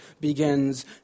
begins